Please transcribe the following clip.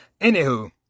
anywho